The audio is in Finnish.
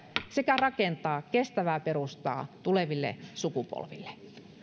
sekä rakentaa kestävää perustaa tuleville sukupolville